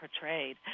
portrayed